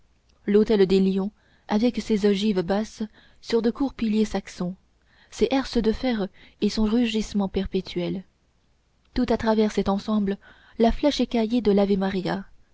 l'hôtel des lions avec ses ogives basses sur de courts piliers saxons ses herses de fer et son rugissement perpétuel tout à travers cet ensemble la flèche écaillée de l'ave maria